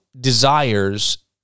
desires